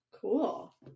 Cool